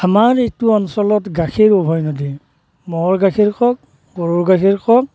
আমাৰ এইটো অঞ্চলত গাখীৰ উভৈনদী ম'হৰ গাখীৰ কওক গৰুৰ গাখীৰ কওক